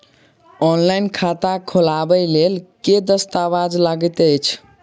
Online खाता खोलबय लेल केँ दस्तावेज लागति अछि?